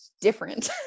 different